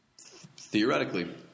Theoretically